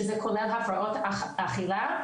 שזה כולל הפרעות אכילה,